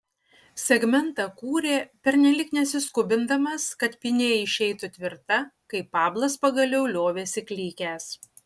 segmentą kūrė pernelyg nesiskubindamas kad pynė išeitų tvirta kai pablas pagaliau liovėsi klykęs